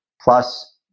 plus